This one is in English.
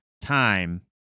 time